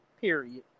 period